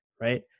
right